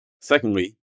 Secondly